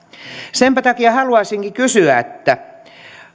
senpä takia haluaisinkin kysyä